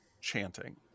chanting